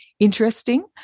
interesting